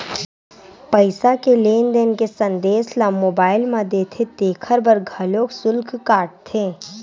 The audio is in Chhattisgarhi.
पईसा के लेन देन के संदेस ल मोबईल म देथे तेखर बर घलोक सुल्क काटथे